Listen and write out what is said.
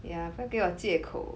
yeah 不要给我借口